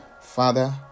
Father